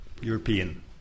European